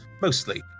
Mostly